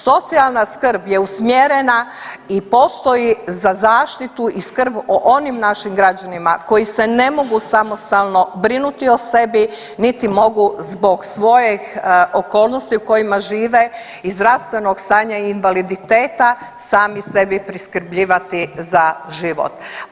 Socijalna skrb je usmjerena i postoji za zaštitu i skrb o onim našim građanima koji se ne mogu samostalno brinuti o sebi niti mogu zbog svojih okolnosti u kojima žive i zdravstvenog stanja i invaliditeta sami sebi priskrbljivati za život.